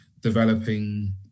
developing